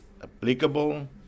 applicable